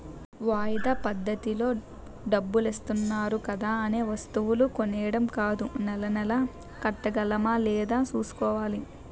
వాయిదా పద్దతిలో డబ్బులిత్తన్నారు కదా అనే వస్తువులు కొనీడం కాదూ నెలా నెలా కట్టగలమా లేదా సూసుకోవాలి